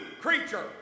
creature